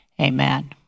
Amen